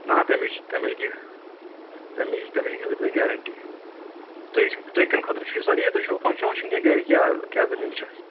نہ تَمِچ تَمِچ گٔیے تَمِچ تَمِچ گٔیوٕ تۄہہِ گارَنٹی تۄہہِ تۄہہِ کمہِ خٲطرٕ چھُو سَر یہِ تۄہہِ چھُوا فنگشن ونگشن کینہہ گرِ کیاہ کیاہ دٔلیل چھےٚ